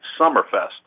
Summerfest